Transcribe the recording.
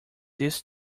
this